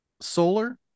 Solar